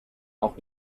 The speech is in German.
auch